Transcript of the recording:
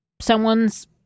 someone's